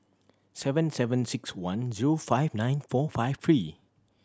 seven seven six one zero five nine four five three